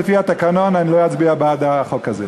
לפי התקנון אני לא אצביע בעד החוק הזה.